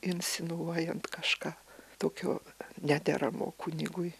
insinuojant kažką tokio nederamo kunigui